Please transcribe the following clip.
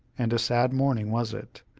and a sad morning was it.